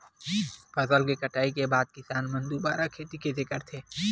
फसल के कटाई के बाद किसान मन दुबारा खेती कइसे करथे?